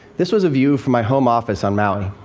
this was a view from my home office on maui.